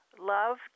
Love